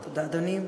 תודה, אדוני.